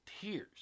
tears